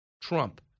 Trump